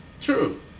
True